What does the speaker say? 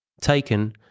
taken